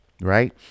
right